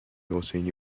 حسینی